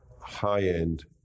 high-end